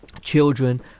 children